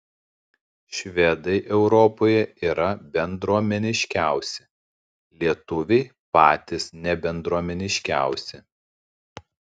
švedai europoje yra bendruomeniškiausi lietuviai patys nebendruomeniškiausi